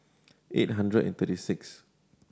eight hundred and thirty six